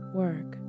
work